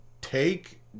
take